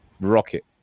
rocket